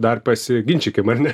dar pasiginčykim ar ne